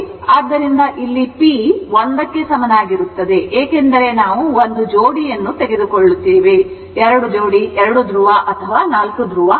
ಆದ್ದರಿಂದ ಇಲ್ಲಿ p ಒಂದಕ್ಕೆ ಸಮನಾಗಿರುತ್ತದೆ ಏಕೆಂದರೆ ನಾವು ಒಂದು ಜೋಡಿಯನ್ನು ತೆಗೆದುಕೊಳ್ಳುತ್ತಿದ್ದೇವೆ 2 ಜೋಡಿ 2 ಧ್ರುವ ಅಥವಾ 4 ಧ್ರುವವಲ್ಲ